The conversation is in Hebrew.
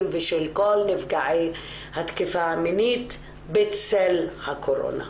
ושל כל נפגעי התקיפה המינית בצל הקורונה.